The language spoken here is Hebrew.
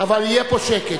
אבל יהיה פה שקט.